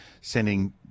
sending